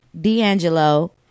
D'Angelo